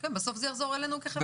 בסוף זה יחזור אלינו כחברה.